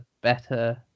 better